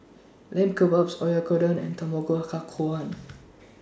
Lamb Kebabs Oyakodon and Tamago Kake Gohan